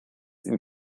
ihn